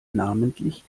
namentlich